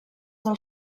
del